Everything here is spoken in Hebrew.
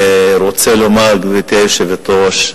רוצה לומר, גברתי היושבת-ראש,